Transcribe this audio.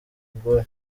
ubwoya